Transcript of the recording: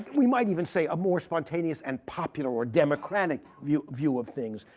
we might even say a more spontaneous and popular or democratic view view of things.